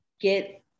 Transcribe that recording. get